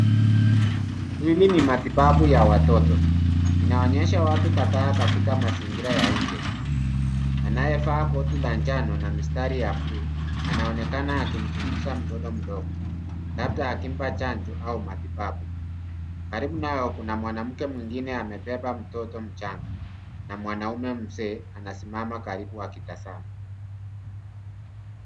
Hili ni matibabu ya watoto, inaonyesha watu kadhaa katika mazingira ya nje. Anayevaa koti la njano na mistari ya bluu anaonekana akimchunguza mtoto mdogo na hata akimpa chanjo au matibabu. Karibu naye kuna mwanamke mwingine amebeba mtoto mchanga na mwanaume mzee anasimama karibu akitazama.